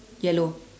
yellow